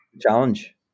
Challenge